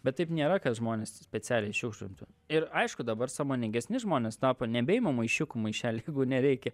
bet taip nėra kad žmonės specialiai šiukšlintų ir aišku dabar sąmoningesni žmonės tapo nebeima maišiukų maišelių jeigu nereikia